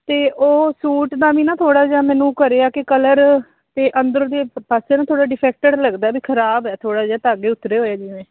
ਅਤੇ ਉਹ ਸੂਟ ਦਾ ਵੀ ਨਾ ਥੋੜ੍ਹਾ ਜਿਹਾ ਮੈਨੂੰ ਘਰੇ ਆ ਕਿ ਕਲਰ ਅਤੇ ਅੰਦਰ ਦੇ ਪ ਪਾਸੇ ਨੂੰ ਥੋੜ੍ਹਾ ਡਿਫੈਕਟਡ ਲੱਗਦਾ ਬਈ ਖ਼ਰਾਬ ਹੈ ਥੋੜ੍ਹਾ ਜਿਹਾ ਧਾਗੇ ਉੱਤਰੇ ਹੋਏ ਜਿਵੇਂ